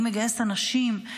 אני מגייס אנשים,